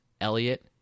Elliot